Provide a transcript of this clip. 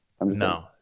No